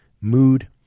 mood